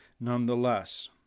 nonetheless